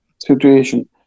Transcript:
situation